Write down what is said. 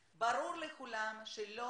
ופה באמת אני פונה לכל הפעילים שמגיעים